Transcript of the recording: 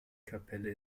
kapelle